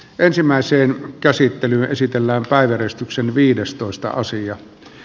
ensimmäiseen käsittelyyn esitellään päiväjärjestyksen viidestoista rönsyn